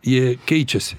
jie keičiasi